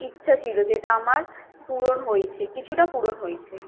ইচ্ছা ছিল যে এটা আমার পূরণ হয়েছে কিছুটা পূরণ হয়েছে